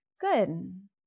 Good